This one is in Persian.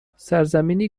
سرزمینی